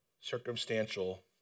circumstantial